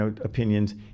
opinions